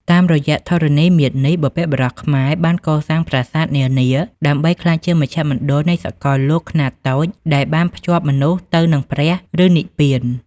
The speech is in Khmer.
តាមរយៈធរណីមាត្រនេះ បុព្វបុរសខ្មែរបានកសាងប្រាសាទនានាដើម្បីក្លាយជាមជ្ឈមណ្ឌលនៃសកលលោកខ្នាតតូចដែលបានភ្ជាប់មនុស្សទៅនឹងព្រះ ឬនិព្វាន។